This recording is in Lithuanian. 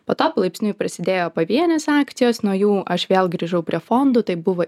po to palaipsniui prasidėjo pavienės akcijos nuo jų aš vėl grįžau prie fondų tai buvo